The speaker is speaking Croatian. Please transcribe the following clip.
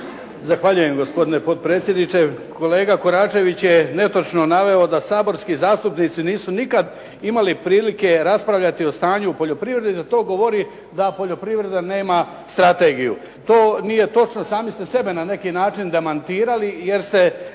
Zahvaljujem gospodine potpredsjedniče. Kolega KOračević je netočno naveo da saborski zastupnici nisu nikada imali prilike raspravljati o stanju u poljoprivredi, da to govori da poljoprivreda nema strategiju. To nije točno, sami ste sebe na neki način demantirali jer ste